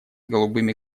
голубыми